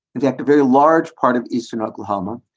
you have two very large parts of eastern oklahoma,